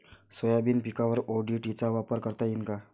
Soybean पिकावर ODT चा वापर करता येईन का?